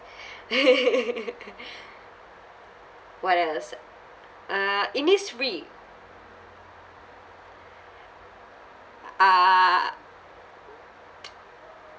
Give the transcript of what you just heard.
what else uh Innisfree ah